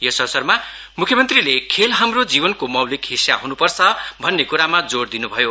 यस अवसरमा मुख्य मन्त्रीले खेल हाम्रो जीवनको मौलिक हिस्सा हुनुपर्छ भन्ने कुरामा जोर दिनुभयो